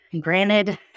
granted